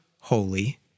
holy